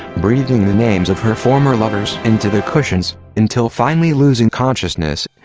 breathing the names of her former lovers into the cushions, until finally losing consciousness.